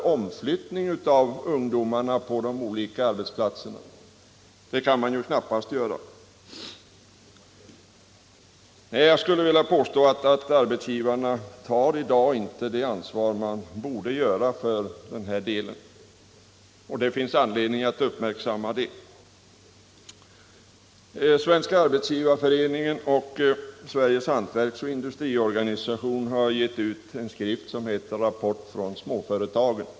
I omflyttning av ungdomarna på de olika arbetsplatserna? Det kan man = Anställningsskydd, ju knappast göra. Nej, jag skulle vilja påstå att arbetsgivarna i dag inte — m.m. tar det ansvar de borde ta för den här delen, och det finns anledning att uppmärksamma det. Svenska arbetsgivareföreningen och Sveriges hantverksoch Industriorganisation har gett ut en skrift som heter Rapport från småföretag.